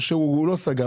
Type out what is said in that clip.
או שהוא לא סגר,